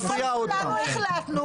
ורשום בפרוטוקול שכולנו החלטנו